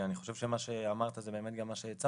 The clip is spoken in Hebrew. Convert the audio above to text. שאני חושב שמה שאמרת זה באמת גם מה שהצענו,